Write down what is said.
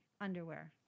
underwear